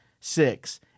Six